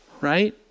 Right